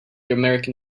american